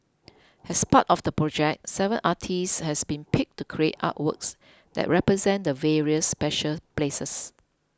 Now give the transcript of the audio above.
as part of the project seven artists has been picked to create artworks that represent the various special places